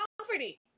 poverty